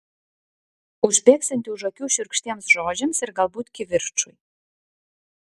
užbėgsianti už akių šiurkštiems žodžiams ir galbūt kivirčui